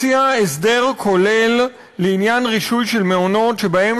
מציע הסדר כולל לעניין רישוי של מעונות שבהם